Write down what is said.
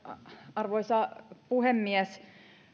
arvoisa puhemies